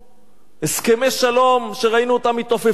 הסכמי שלום שראינו אותם מתעופפים ברוח